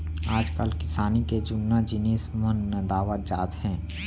आजकाल किसानी के जुन्ना जिनिस मन नंदावत जात हें